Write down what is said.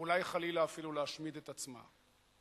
ואולי חלילה אפילו להשמיד את עצמה.